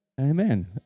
amen